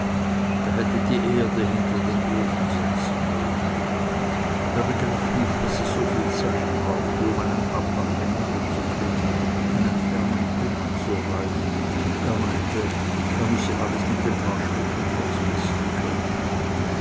er hätte die erde hinter den ofen setzen mögen er begriff nicht daß er so viel zeit brauchte um einen abhang hinunter zu klimmen einen fernen punkt zu erreichen er meinte er müsse alles mit ein paar schritten ausmessen können